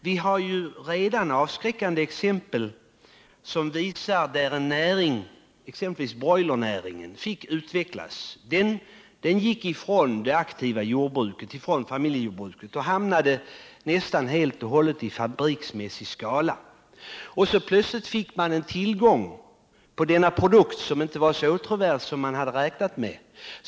Vi har redan sett avskräckande exempel på hur utvecklingen kan bli. Exempelvis broilernäringen, som ju gick ifrån det aktiva familjejordbruket, fick utvecklas till att nästan helt och hållet driva produktionen i fabriksmässig skala. Vi fick plötsligt en mycket stor tillgång på denna produkt, som inte var så åtråvärd som man hade räknat med.